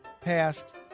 passed